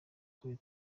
kuri